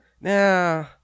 nah